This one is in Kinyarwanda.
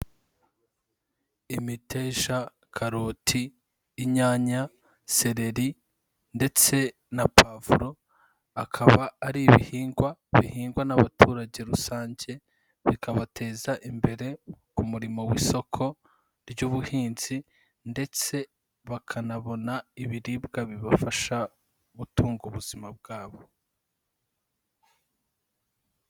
Imiteja, karoti, inyanya, sereri ndetse na pavuro, akaba ari ibihingwa bihingwa n'abaturage rusange, bikabateza imbere, umurimo w'isoko ry'ubuhinzi, ndetse bakanabona ibiribwa bibafasha gutunga ubuzima bwabo.